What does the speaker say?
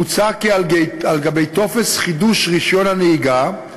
מוצע כי על גבי טופס חידוש רישיון הנהיגה,